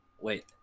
wait